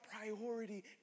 priority